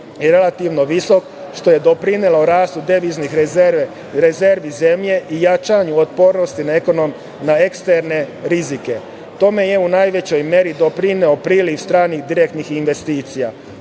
je relativno visok, što je doprinelo rastu deviznih rezervi zemlje i jačanju otpornosti na eksterne rizike. Tome je u najvećoj meri doprineo priliv stranih direktnih investicija. Ukupan